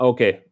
Okay